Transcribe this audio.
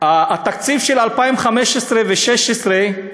התקציב של 2015 ו-2016,